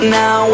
now